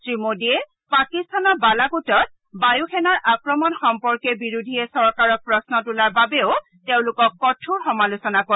শ্ৰী মোডীয়ে পাকিস্তানৰ বালাকোটত বায়ুসেনাৰ আক্ৰমণ সম্পৰ্কে বিৰোধীয়ে চৰকাৰক প্ৰশ্ন তোলাৰ বাবেও তেওঁলোকক কঠোৰ সমালোচনা কৰে